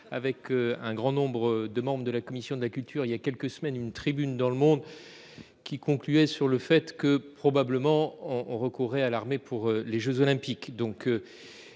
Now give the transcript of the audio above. avec un grand nombre de membres de la commission de la culture il y a quelques semaines une tribune dans Le Monde. Qui concluait sur le fait que probablement on on recourait à l'armée pour les Jeux olympiques,